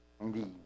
indeed